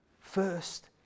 first